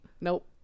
Nope